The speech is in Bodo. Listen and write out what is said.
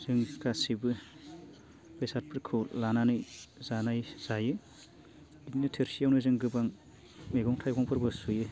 जों गासिबो बेसादफोरखौ लानानै जानाय जायो बिदिनो थोरसियावनो जों गोबां मैगं थाइगंफोरबो सुयो